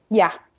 yeah.